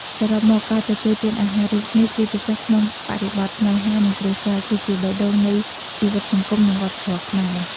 សរុបមក ការទទួលទានអាហាររួមគ្នា ជាពិសេសក្នុងបរិបទស្នេហា និងគ្រួសារ គឺជា បេះដូងនៃជីវិតសង្គម និងវប្បធម៌ខ្មែរ។